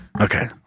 Okay